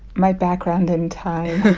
my background in time